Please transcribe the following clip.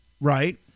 right